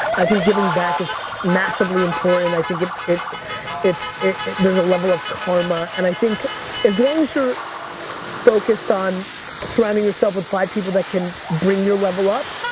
i think giving back is massively important. i think it's, there's a level of karma, and i think as long as you're focused on surrounding yourself with five people that can bring your level up,